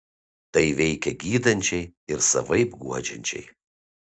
tai veikia gydančiai ir savaip guodžiančiai